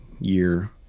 year